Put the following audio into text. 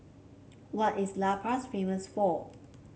what is La Paz famous for